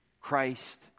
Christ